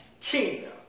kingdom